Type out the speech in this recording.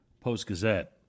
Post-Gazette